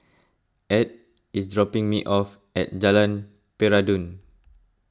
Ed is dropping me off at Jalan Peradun